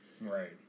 Right